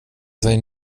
sig